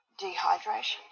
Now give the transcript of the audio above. dehydration